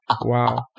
Wow